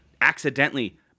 accidentally